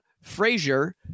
Frazier